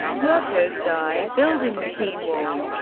workers died building the qin wall.